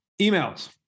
Emails